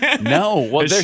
No